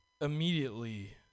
immediately